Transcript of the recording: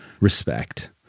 respect